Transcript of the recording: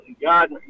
God